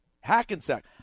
Hackensack